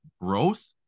growth